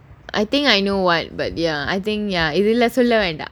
I think I know what but ya I think ya இதுல சொல்ல வேண்டாம்:ithula solla vendaam